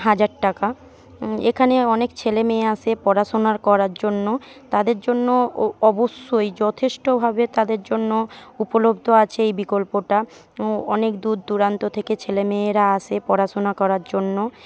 হাজার টাকা এখানে অনেক ছেলেমেয়ে আসে পড়াশোনা করার জন্য তাদের জন্য অবশ্যই যথেষ্টভাবে তাদের জন্য উপলব্ধ আছে এই বিকল্পটা ও অনেক দূর দূরান্ত থেকে ছেলেমেয়েরা আসে পড়াশোনা করার জন্য